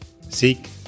Seek